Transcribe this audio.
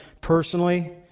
personally